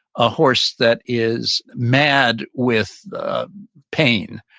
a horse that is mad with the pain,